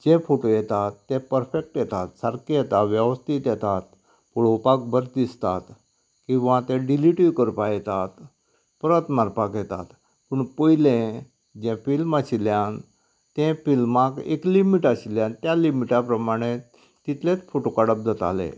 जे photo येतात ते perfect येतात सारके येता व्यवस्थीत येतात पळोवपाक बरे दिसतात किंवा ते डिलीट्यूय करपा येतात परत मारपाक येतात पूण पयले जे फिल्म आशिल्ल्यान त्या फिल्माक एक लिमीट आशिल्ल्यान त्या लिमीटा प्रमाणे कितलेंच फोटो काडप जाताले